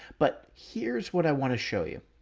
but here's what i want to show you.